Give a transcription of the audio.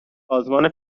سازمان